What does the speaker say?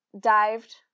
dived